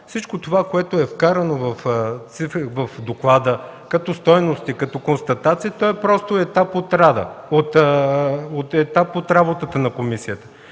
Всичко това, което е вкарано в доклада, като стойности, като констатации, просто е етап от работата на комисията.